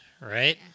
right